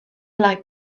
like